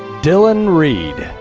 dillon reed.